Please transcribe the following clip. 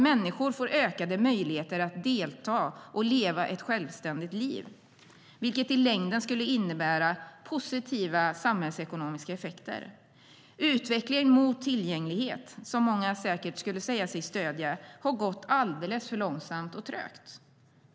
Människor får ökade möjligheter att delta och leva ett självständigt liv, vilket i längden skulle innebära positiva samhällsekonomiska effekter. Utvecklingen mot tillgänglighet, som många säkert skulle säga sig stödja, har gått alldeles för långsamt och trögt.